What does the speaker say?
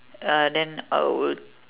uh then I would